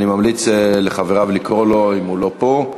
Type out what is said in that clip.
אני ממליץ לחבריו לקרוא לו, אם הוא לא פה.